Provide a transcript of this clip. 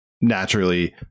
naturally